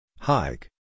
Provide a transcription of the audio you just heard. Hike